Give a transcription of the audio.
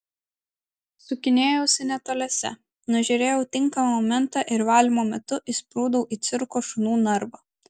sukinėjausi netoliese nužiūrėjau tinkamą momentą ir valymo metu įsprūdau į cirko šunų narvą